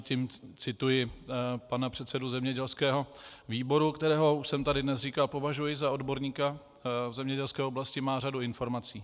Tím cituji pana předsedu zemědělského výboru, kterého, už jsem to tady dnes říkal, považuji za odborníka, v zemědělské oblasti má řadu informací.